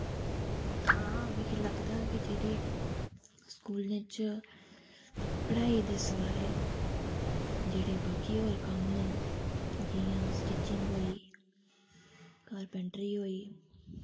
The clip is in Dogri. हां मिगी लगदा कि जेह्ड़ी स्कूलें च पढ़ाई दे सवाए जेह्ड़े बाकी होर कम्म न जियां सटिचिंग होई कारपैंचरी होई